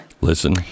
Listen